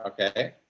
Okay